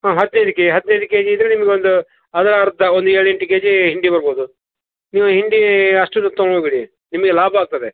ಹ್ಞೂ ಹದಿನೈದು ಕೆ ಹದಿನೈದು ಕೆ ಜಿ ಇದ್ದರೆ ನಿಮ್ಗೆ ಒಂದು ಅದ್ರ ಅರ್ಧ ಒಂದು ಏಳು ಎಂಟು ಕೆ ಜಿ ಹಿಂಡಿ ಬರ್ಬೋದು ನೀವು ಹಿಂಡಿ ಅಷ್ಟು ದುಡ್ಡು ತಗೊಂಡು ಹೋಗ್ಬಿಡಿ ನಿಮಗೆ ಲಾಭ ಆಗ್ತದೆ